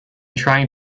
trying